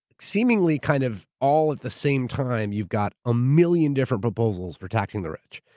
seemingly kind of all at the same time, you've got a million different proposals for taxing the rich.